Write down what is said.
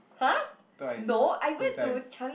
[huh] no I went to Changi